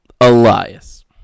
Elias